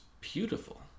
beautiful